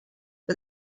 for